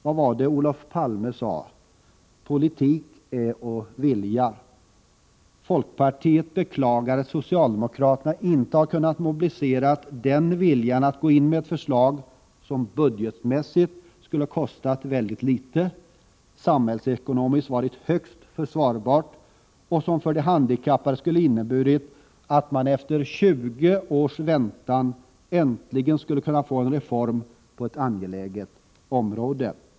Vad var det Olof Palme sade? Han sade att politik är att vilja. Folkpartiet beklagar att socialdemokraterna inte har kunnat mobilisera viljan att gå in med ett förslag som budgetmässigt skulle ha kostat mycket litet, som samhällsekonomiskt skulle vara högst försvarbart och som för de handikappade skulle ha inneburit att man efter 20 års väntan äntligen kunnat få en reform på ett angeläget område.